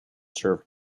served